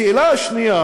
השאלה השנייה